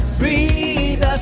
breathe